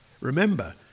Remember